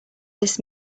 this